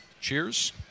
cheers